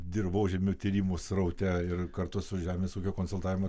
dirvožemio tyrimų sraute ir kartu su žemės ūkio konsultavimo